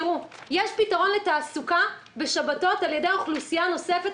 יש פתרון לתעסוקה בשבתות על ידי אוכלוסייה נוספת,